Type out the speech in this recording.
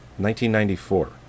1994